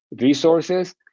resources